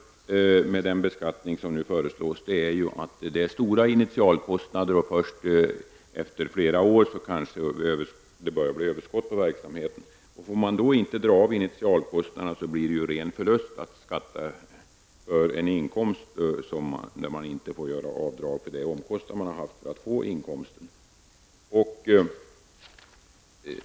Problemet med den beskattning som nu föreslås är att det är stora initialkostnader och att det kanske blir överskott på verksamheten först efter flera år. Får man inte dra av initialkostnaderna blir det ju ren förlust: man får inte göra avdrag för de omkostnader man har haft för att över huvud taget få en inkomst.